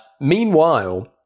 Meanwhile